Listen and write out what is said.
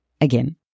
again